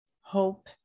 hope